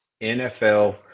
NFL